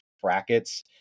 brackets